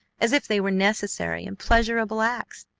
as if they were necessary and pleasurable acts.